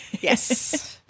Yes